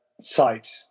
site